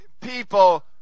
people